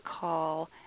call